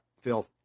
phil